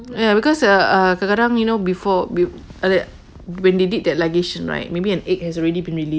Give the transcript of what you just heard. ya because err err kadang-kadang you know before be~ u~ when they did that ligation right maybe an egg has already been released